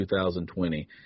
2020